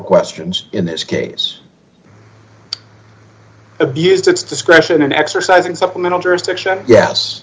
questions in this case abused its discretion in exercising supplemental jurisdiction yes